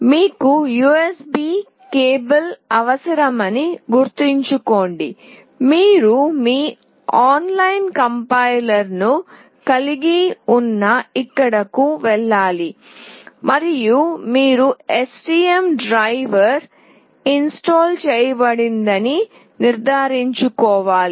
మీకు USB cable అవసరమని గుర్తుంచుకోండి మీరు మీ ఆన్లైన్ కంపైలర్ ను కలిగి ఉన్న ఇక్కడకు వెళ్లాలి మరియు మీరు STM డ్రైవర్ ఇన్స్టాల్ చేయబడిందని నిర్ధారించుకోవాలి